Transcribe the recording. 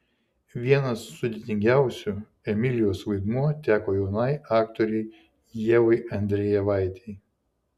vienas sudėtingiausių emilijos vaidmuo teko jaunai aktorei ievai andrejevaitei